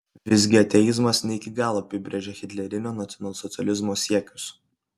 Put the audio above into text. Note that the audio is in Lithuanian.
visgi ateizmas ne iki galo apibrėžia hitlerinio nacionalsocializmo siekius